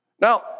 Now